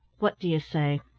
what do you say?